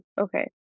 Okay